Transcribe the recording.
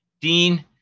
Dean